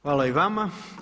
Hvala i vama.